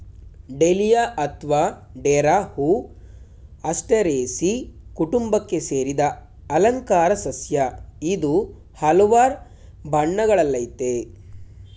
dahlia ಅತ್ವ ಡೇರಾ ಹೂ ಆಸ್ಟರೇಸೀ ಕುಟುಂಬಕ್ಕೆ ಸೇರಿದ ಅಲಂಕಾರ ಸಸ್ಯ ಇದು ಹಲ್ವಾರ್ ಬಣ್ಣಗಳಲ್ಲಯ್ತೆ